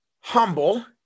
humble